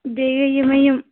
بیٚیہِ یِم ہہ یِم